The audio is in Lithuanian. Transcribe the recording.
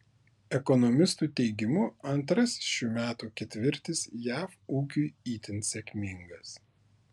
ekonomistų teigimu antrasis šių metų ketvirtis jav ūkiui itin sėkmingas